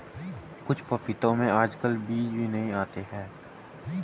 कुछ पपीतों में आजकल बीज भी नहीं आते हैं